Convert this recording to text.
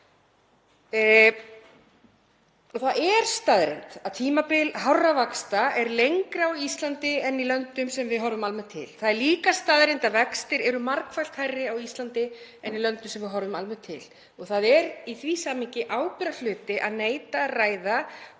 Það er staðreynd að tímabil hárra vaxta er lengra á Íslandi en í löndum sem við horfum almennt til. Það er líka staðreynd að vextir eru margfalt hærri á Íslandi en í löndum sem við horfum almennt til. Það er í því samhengi ábyrgðarhluti að neita að ræða